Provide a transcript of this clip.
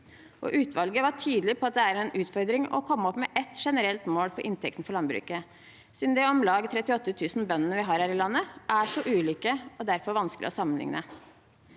Utvalget var tydelig på at det er en utfordring å komme opp med ett generelt mål for inntektene for landbruket, siden de om lag 38 000 bøndene vi har her i landet, er så ulike og derfor vanskelige å sammenligne.